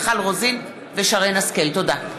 מיכל רוזין ושרן השכל בנושא: